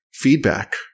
Feedback